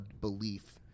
belief